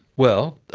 well,